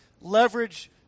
leverage